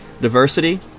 Diversity